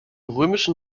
römischen